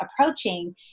approaching